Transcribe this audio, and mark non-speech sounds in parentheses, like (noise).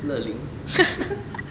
乐龄 (laughs)